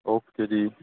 okay ਜੀ